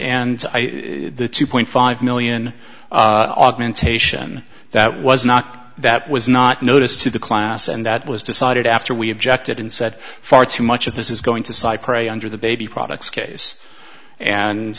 and the two point five million augmentation that was not that was not noticed to the class and that was decided after we objected and said far too much of this is going to cypre under the baby products case